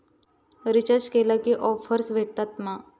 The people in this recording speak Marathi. रिचार्ज केला की ऑफर्स भेटात मा?